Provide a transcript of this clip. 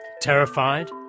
Terrified